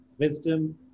wisdom